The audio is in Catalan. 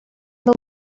del